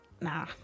Nah